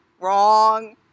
Wrong